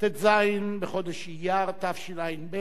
ט"ז בחודש אייר תשע"ב,